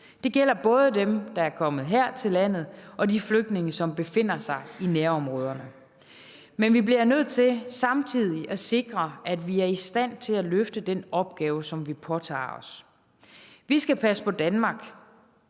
Det gælder både dem, der er kommet her til landet, og de flygtninge, som befinder sig i nærområderne. Men vi bliver nødt til samtidig at sikre, at vi er i stand til at løfte den opgave, som vi påtager os. Vi skal passe på Danmark.